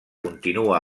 continua